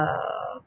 err